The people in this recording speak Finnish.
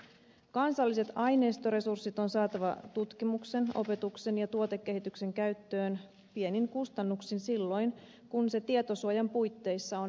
kansalliset aineistoresurssit on saatava tutkimuksen opetuksen ja tuotekehityksen käyttöön pienin kustannuksin silloin kun se tietosuojan puitteissa on mahdollista